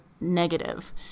negative